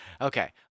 Okay